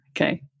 Okay